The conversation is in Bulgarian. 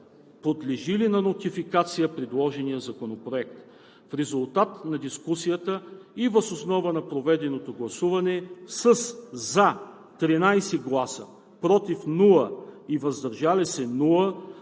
подлежи ли на нотификация предложеният законопроект. В резултат на дискусията и въз основа на проведеното гласуване с 13 гласа „за“, без „против“ и „въздържал се“